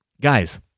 guys